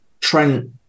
Trent